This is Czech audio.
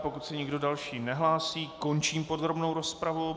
Pokud se nikdo další nehlásí, končím podrobnou rozpravu.